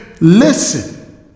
listen